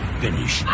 finish